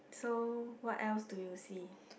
so what else do you see